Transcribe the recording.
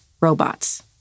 robots